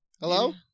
hello